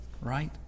right